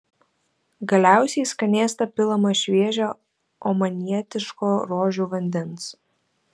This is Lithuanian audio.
galiausiai į skanėstą pilama šviežio omanietiško rožių vandens